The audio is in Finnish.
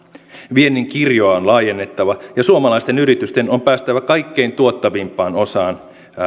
viennin kirjoa on laajennettava ja suomalaisten yritysten on päästävä kaikkein tuottavimpaan osaan